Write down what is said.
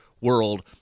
world